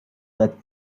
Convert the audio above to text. that